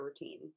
routine